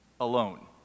alone